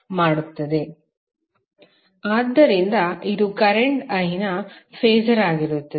ಆದ್ದರಿಂದ ಇದು current I ನ ಫಾಸರ್ ಆಗಿರುತ್ತದೆ